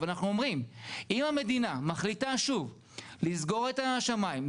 אבל אנחנו אומרים שאם המדינה מחליטה שוב לסגור את השמיים,